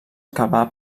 acabà